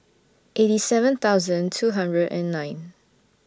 eighty seven thousand two hundred and nine